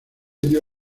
dio